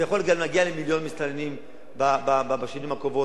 זה יכול גם להגיע למיליון מסתננים בשנים הקרובות